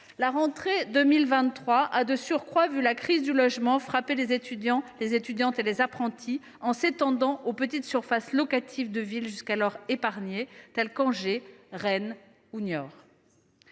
La rentrée 2023 a de surcroît vu la crise du logement frapper les étudiants et les apprentis en s’étendant aux petites surfaces locatives de villes jusqu’alors épargnées, telles qu’Angers, Rennes ou Niort.